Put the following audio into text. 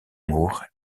moor